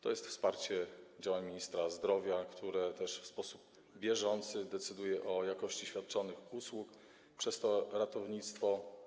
To wsparcie działań ministra zdrowia, który też w sposób bieżący decyduje o jakości usług świadczonych przez to ratownictwo.